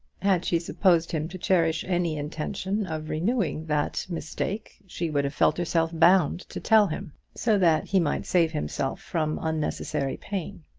had she supposed him to cherish any intention of renewing that mistake she would have felt herself bound to tell him so that he might save himself from unnecessary pain.